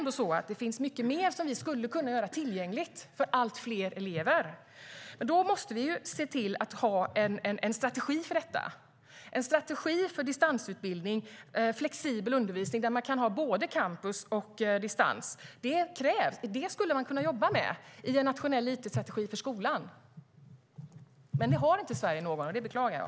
Det finns mycket mer som vi skulle kunna göra tillgängligt för allt fler elever. Då måste vi se till att ha en strategi för detta, en strategi för distansutbildning och flexibel undervisning där man kan ha både campus och distansundervisning. Det skulle man kunna jobba med i en nationell it-strategi för skolan, men Sverige har inte någon sådan, och det beklagar jag.